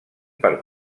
per